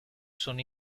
sono